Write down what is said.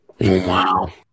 Wow